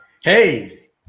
Hey